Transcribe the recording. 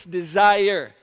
desire